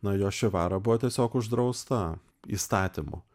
na jošivara buvo tiesiog uždrausta įstatymu